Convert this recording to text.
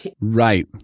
Right